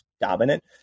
dominant